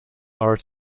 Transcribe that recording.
are